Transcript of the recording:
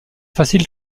facile